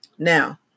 Now